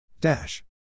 Dash